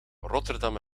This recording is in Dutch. rotterdam